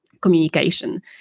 communication